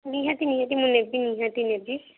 ନିହାତି ନିହାତି ମୁଁ ନେବି ନିହାତି ନେବି